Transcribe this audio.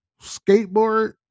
Skateboard